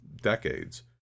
decades